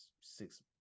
six